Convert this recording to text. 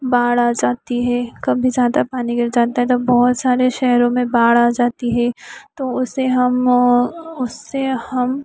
बाढ़ आ ज़ाती है कभी ज़ादा पानी गिर जाता है तब बहुत सारे शहरों में बाढ़ आ जाती हे तो उसे हम उससे हम